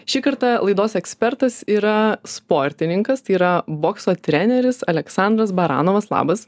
šį kartą laidos ekspertas yra sportininkas tai yra bokso treneris aleksandras baranovas labas